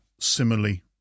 similarly